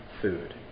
food